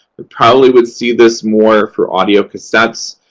we probably would see this more for audiocassettes.